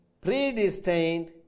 predestined